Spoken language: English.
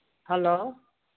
hello